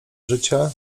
życia